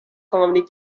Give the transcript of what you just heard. comedy